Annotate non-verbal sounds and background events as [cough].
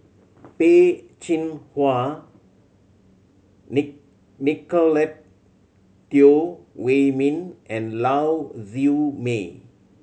Peh Chin Hua [unintelligible] Nicolette Teo Wei Min and Lau Siew Mei